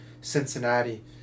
Cincinnati